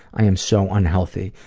i am so unhealthy.